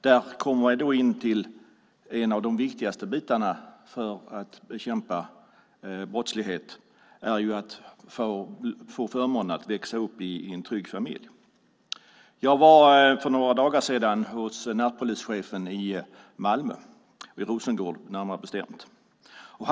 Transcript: Där kommer man in på en av de viktigaste bitarna, nämligen betydelsen av förmånen att få växa upp i en trygg familj. Jag var för några dagar sedan hos närpolischefen i Malmö, närmare bestämt i Rosengård.